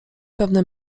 pewne